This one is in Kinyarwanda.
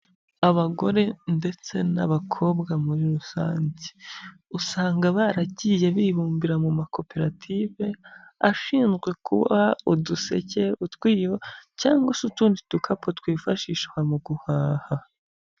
Abagore ndetse n'abakobwa muri rusange, usanga baragiye bibumbira mu makoperative ashinzwe kuboha uduseke, utwibo, cyangwa se utundi dukapu twifashishwa mu guhaha.